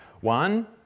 One